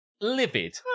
livid